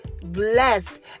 blessed